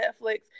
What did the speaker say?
Netflix